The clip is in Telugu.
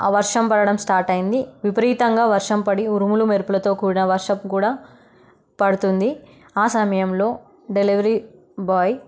వర్షం పడడం స్టార్ట్ అయ్యింది విపరీతంగా వర్షం పడి ఉరుములు మెరుపులతో కూడిన వర్షం కూడా పడుతుంది ఆ సమయంలో డెలివరీ బాయ్